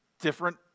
different